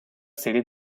serie